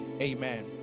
Amen